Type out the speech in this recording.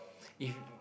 if